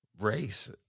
race